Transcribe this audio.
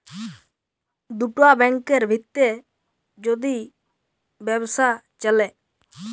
দুটা ব্যাংকের ভিত্রে যদি ব্যবসা চ্যলে